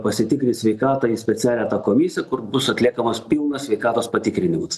pasitikrint sveikatą į specialią tą komisiją kur bus atliekamas pilnas sveikatos patikrinimas